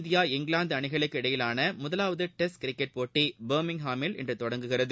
India England அணிகளுக்கு இடையேயான முதவாவது டெஸ்ட் கிரிக்கெட் போட்டி பர்மிங்காமில் இன்று தொடங்குகிறது